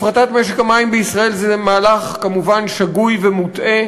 הפרטת משק המים בישראל היא כמובן מהלך שגוי ומוטעה.